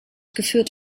geführt